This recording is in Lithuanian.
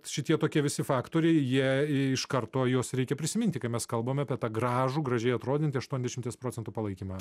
šitie tokie visi faktoriai jie iš karto juos reikia prisiminti kai mes kalbame apie tą gražų gražiai atrodantį aštuoniasdešimties procentų palaikymą